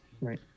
right